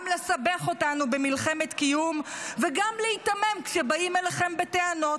גם לסבך אותנו במלחמת קיום וגם להיתמם כשבאים אליכם בטענות.